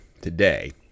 today